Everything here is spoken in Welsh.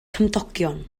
cymdogion